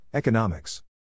Economics